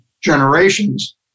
generations